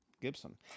Gibson